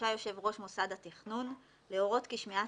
רשאי יושב-ראש מוסד התכנון להורות כי שמיעת